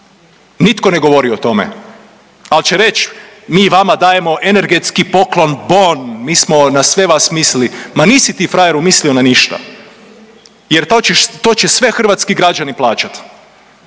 Nitko ne govori o tome, al će reć mi vama dajemo energetski poklon bon, mi smo na sve nas mislili. Ma nisi ti frajeru mislio na ništa jer to će sve hrvatski građani plaćat.